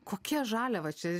kokia žaliava čia